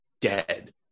dead